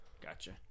gotcha